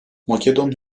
makedon